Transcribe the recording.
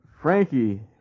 Frankie